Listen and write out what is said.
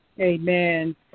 Amen